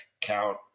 count